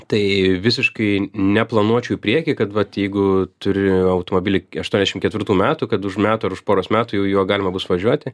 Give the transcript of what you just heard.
tai visiškai neplanuočiau į priekį kad vat jeigu turi automobilį aštuoniasdešimt ketvirtų metų kad už metų ar už poros metų jau juo galima bus važiuoti